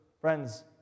friends